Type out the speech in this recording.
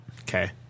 Okay